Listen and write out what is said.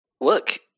Look